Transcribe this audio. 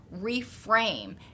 reframe